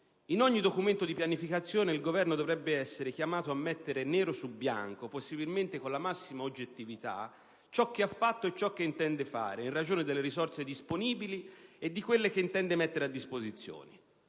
In ogni documento di pianificazione il Governo dovrebbe essere chiamato a mettere nero su bianco, possibilmente con la massima oggettività, ciò che ha fatto e ciò che intende fare in ragione delle risorse disponibili e di quelle che intende mettere a disposizione.